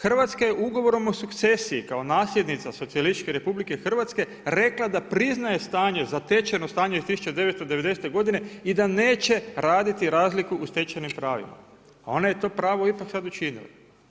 Hrvatska je Ugovorom o sukcesiji kao nasljednica Socijalističke Republike Hrvatske rekla da priznaje zatečeno stanje iz 1990. godine i da neće raditi razliku u stečenim pravima, a ona je to pravo ipak sada učinila.